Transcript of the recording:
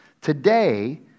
today